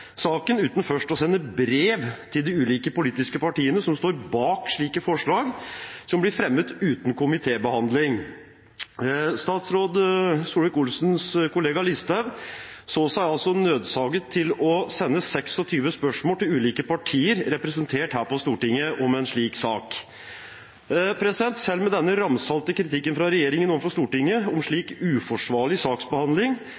saken uten først å sende brev til de ulike politiske partiene som står bak slike forslag som blir fremmet uten komitébehandling. Statsråd Solvik-Olsens kollega Sylvi Listhaug så seg nødsaget til å sende 26 spørsmål til ulike partier som er representert her på Stortinget, om en slik sak. Selv med denne ramsalte kritikken fra regjeringen overfor Stortinget om